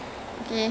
yup